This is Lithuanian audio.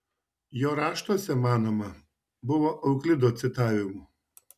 jo raštuose manoma buvo euklido citavimų